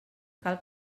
cal